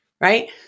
Right